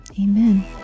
Amen